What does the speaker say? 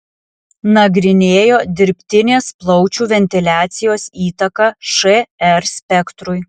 nagrinėjo dirbtinės plaučių ventiliacijos įtaką šr spektrui